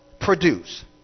produce